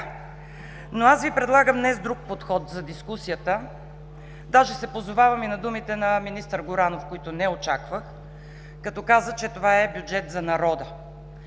Аз Ви предлагам днес друг подход за дискусията, даже се позовавам и на думите на министър Горанов, които не очаквах, като каза, че това е бюджет за народа.